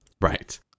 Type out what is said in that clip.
Right